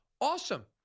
Awesome